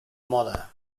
moda